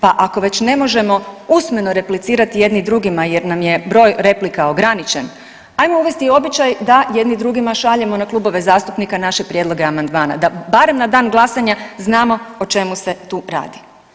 Pa ako već ne možemo usmeno replicirati jedni drugima jer nam je broj replika ograničen, ajmo uvesti običaj da jedni drugima šaljemo na klubove zastupnika naše prijedloge amandmana, da barem na dan glasanja znamo o čemu se tu radi.